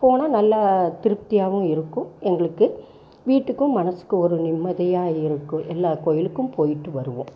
போனால் நல்லா திருப்தியாவும் இருக்கும் எங்களுக்கு வீட்டுக்கும் மனசுக்கும் ஒரு நிம்மதியாக இருக்கும் எல்லா கோயிலுக்கும் போயிட்டு வருவோம்